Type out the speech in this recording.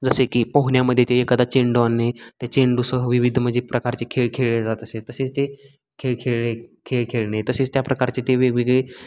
जसे की पोहण्यामध्ये ते एखादा चेंडू आणणे ते चेंडूसह विविध म्हणजे प्रकारचे खेळ खेळले जात असेल तसेच ते खेळ खेळले खेळ खेळणे तसेच त्या प्रकारचे ते वेगवेगळे